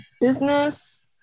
business